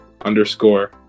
underscore